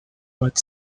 but